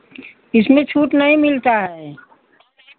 इसमें छूट नहीं मिलता है